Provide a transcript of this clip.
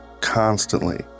constantly